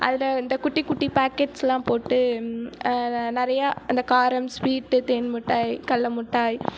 அதில் இந்த குட்டி குட்டி பாக்கெட்ஸ் எல்லாம் போட்டு நிறைய அந்த காரம் ஸ்வீட்டு தேன் முட்டாய் கடல மிட்டாய்